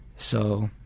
so,